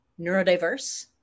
neurodiverse